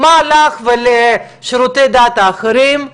מה לך ולשירותי הדת האחרים?